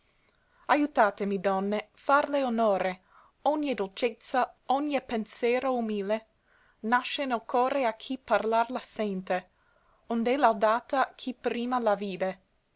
aiutatemi donne farle onore ogne dolcezza ogne pensero umile nasce nel core a chi parlar la sente ond'è laudato chi prima la vide